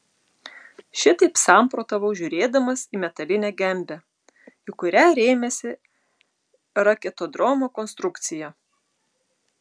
šitaip samprotavau žiūrėdamas į metalinę gembę į kurią rėmėsi raketodromo konstrukcija